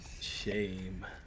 Shame